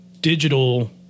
digital